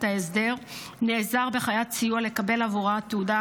ההסדר נעזר בחיית סיוע לקבל בעבורה תעודה,